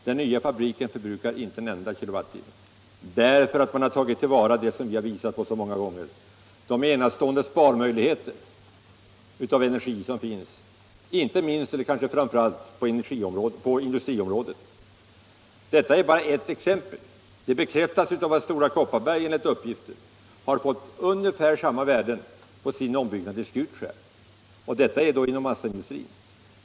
Den nya fabriken förbrukar inte en enda kilowattimme, eftersom man har tagit till vara de enastående sparmöjligheterna, som vi har pekat på så många gånger förut, vad gäller energi. Dessa föreligger inte minst eller kanske framför allt på industriområdet. Detta är bara ett exempel. Det bekräftas av att Stora Kopparberg enligt uppgifter har fått ungefär samma värden på sin ombyggnad i Skutskär. De här siffrorna gäller alltså massaindustrin.